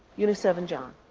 unit seven, john.